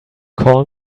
call